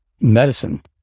medicine